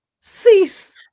cease